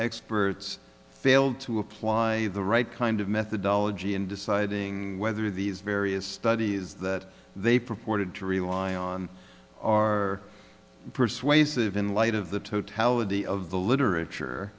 experts failed to apply the right kind of methodology in deciding whether these various studies that they purported to rely on or persuasive in light of the totality of the literature